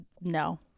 no